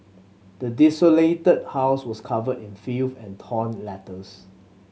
the desolated house was covered in filth and torn letters